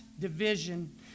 division